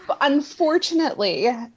unfortunately